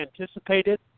anticipated